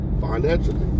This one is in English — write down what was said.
financially